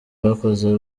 bakozi